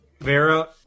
Vera